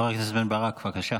חבר הכנסת בן ברק, בבקשה.